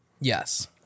Yes